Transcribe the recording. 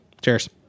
Cheers